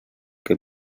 que